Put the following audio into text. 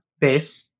base